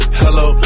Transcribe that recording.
hello